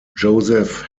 joseph